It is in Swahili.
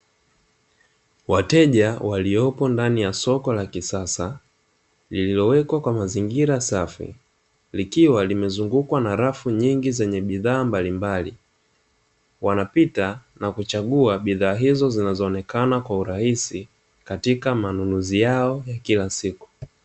Wateja waliopo ndani ya soko la kisasa lililowekwa kwa mazingira safi likiwa limezungukwa na rafu nyingi zenye bidhaa mbalimbali wanapita na kuchagua bidhaa hizo zinazoonekana kwa urahisi katika manunuzi yao ya kila siku